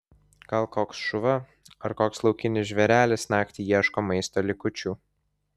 gal koks šuva ar koks laukinis žvėrelis naktį ieško maisto likučių